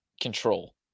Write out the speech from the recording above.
control